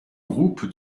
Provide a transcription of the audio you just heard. groupe